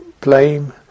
blame